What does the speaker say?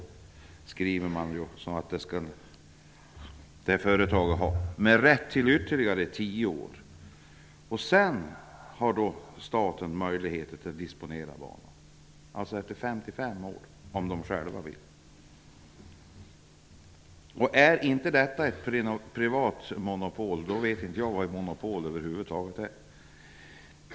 Man skriver också att företaget har rätt till ytterligare 10 år. Efter 55 år har staten möjligheter att disponera banan om staten själv vill. Om detta inte är ett privat monopol vet jag över huvud taget inte vad ett monopol är.